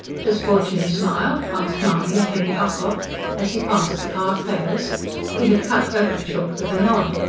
does fortune smile? asked mahony of henry ocock as he passed the card-players he had cut urquhart short with a nod.